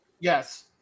Yes